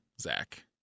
Zach